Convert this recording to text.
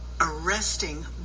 arresting